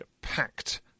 packed